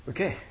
Okay